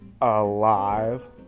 alive